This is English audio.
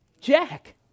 Jack